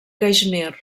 caixmir